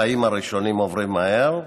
החיים הראשונים עובדים מהר,